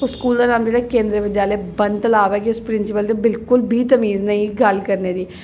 उस स्कूलै दा नांऽ ऐ केंद्रीय विद्यालय वन तालाब ऐ ते उस स्कूल दे प्रिंसीपल गी बिल्कुल बी तमीज़ निं गल्ल करने दी